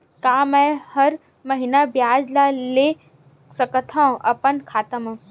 का मैं हर महीना ब्याज ला ले सकथव अपन खाता मा?